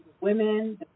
Women